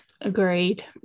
agreed